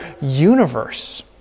universe